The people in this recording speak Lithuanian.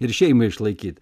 ir šeimai išlaikyt